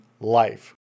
life